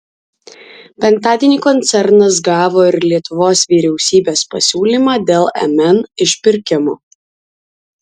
penktadienį koncernas gavo ir lietuvos vyriausybės pasiūlymą dėl mn išpirkimo